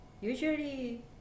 usually